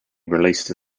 released